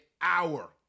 hour